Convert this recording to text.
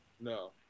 No